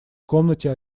комнате